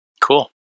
cool